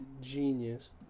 Genius